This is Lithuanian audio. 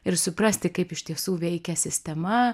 ir suprasti kaip iš tiesų veikia sistema